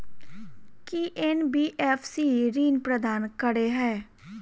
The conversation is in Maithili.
की एन.बी.एफ.सी ऋण प्रदान करे है?